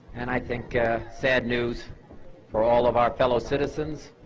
and i think sad news for all of our fellow citizens